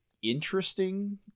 Interesting